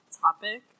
topic